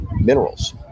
minerals